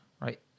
right